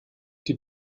die